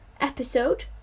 episode